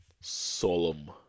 solemn